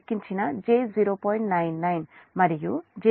మరియు ఇది j 0